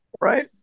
right